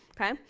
okay